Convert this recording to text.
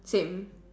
same